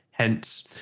Hence